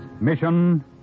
Mission